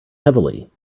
heavily